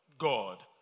God